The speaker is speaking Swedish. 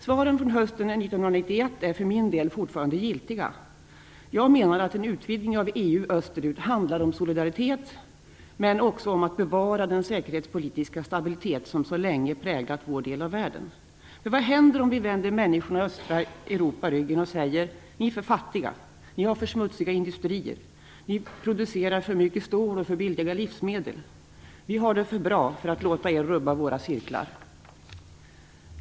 Svaren från hösten 1991 är för min del fortfarande giltiga. Jag menar att en utvidgning av EU österut handlar om solidaritet men också om att bevara den säkerhetspolitiska stabilitet som så länge präglat vår del av världen. Vad händer om vi vänder människorna i Östeuropa ryggen och säger: Ni är för fattiga, ni har för smutsiga industrier, ni producerar för mycket stål och för billiga livsmedel - vi har det för bra för att låta er rubba våra cirklar.